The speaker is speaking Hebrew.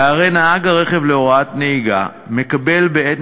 והרי נהג הרכב להוראת נהיגה מקבל בעת